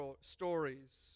stories